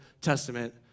Testament